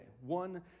one